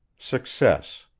success,